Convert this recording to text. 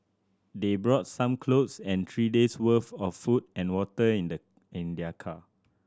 they brought some clothes and three days' worth of food and water in the in their car